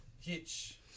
hitch